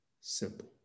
simple